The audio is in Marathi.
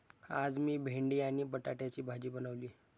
आज मी भेंडी आणि बटाट्याची भाजी बनवली